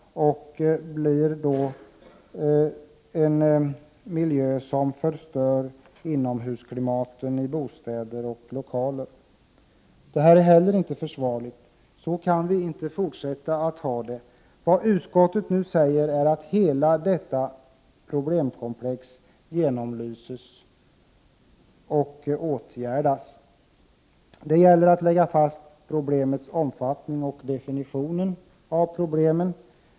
Det förstör inomhusklimatet i bostäder och andra lokaler. Detta är inte heller försvarligt. Så kan vi inte fortsätta att ha det. Vad utskottet nu säger är att hela detta problemkomplex måste genomlysas och åtgärdas. Det gäller att lägga fast problemets omfattning och definitionen av problemen.